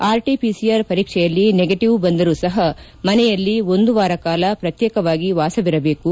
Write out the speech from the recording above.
RTPCR ಪರೀಕ್ಷೆಯಲ್ಲಿ negative ಬಂದರೂ ಸಹ ಮನೆಯಲ್ಲಿ ಒಂದುವಾರಕಾಲ ಪ್ರತ್ಯೇಕವಾಗಿ ವಾಸವಿರಬೇಕು